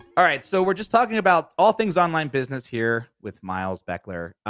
all right, so we're just talking about all things online business here with miles beckler.